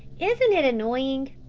isn't it annoying.